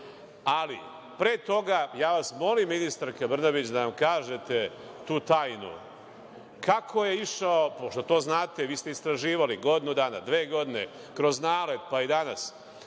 godine. Pre toga, ja vas molim ministarka Brnabić da nam kažet tu tajnu kako je išao, pošto to znate, vi ste istraživali godinu dana, dve godine, kroz NALED pa i danas,